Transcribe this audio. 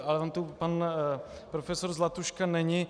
Ale on tu pan profesor Zlatuška není.